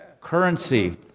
currency